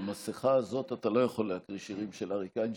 עם המסכה הזאת אתה לא יכול להקריא שירים של אריק איינשטיין.